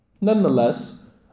Nonetheless